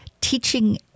teaching